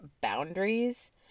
boundaries